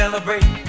Celebrate